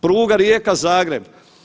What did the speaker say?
Pruga Rijeka-Zagreb.